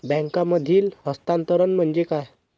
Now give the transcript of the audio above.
बँकांमधील हस्तांतरण म्हणजे काय?